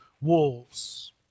wolves